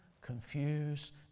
confused